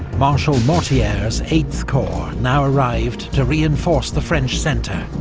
marshal mortier's eighth corps now arrived to reinforce the french centre.